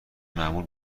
معمول